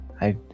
I-